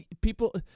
people